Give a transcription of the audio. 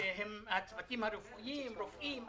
כשמדברים על הצוותים הרפואיים רופאים,